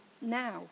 now